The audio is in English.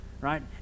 Right